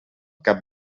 cap